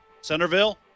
Centerville